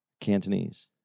Cantonese